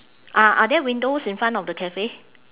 ah are there windows in front of the cafe